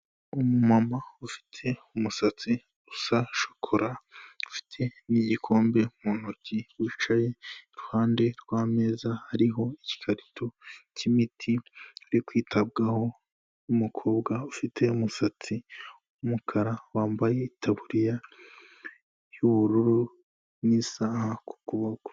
Umama ufite umusatsi usa shokora, ufite n'igikombe mu ntoki wicaye iruhande rw'ameza, hariho igikarito cy'imiti uri kwitabwaho, n'umukobwa ufite umusatsi wumukara wambaye taburiya y'ubururu n'isaha ku kuboko.